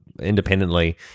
independently